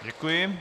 Děkuji.